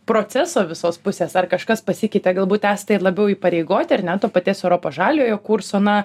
proceso visos pusės ar kažkas pasikeitė galbūt esate ir labiau įpareigoti ar ne to paties europos žaliojo kurso na